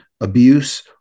abuse